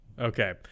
Okay